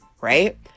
right